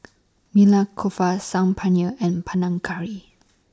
Saag Paneer and Panang Curry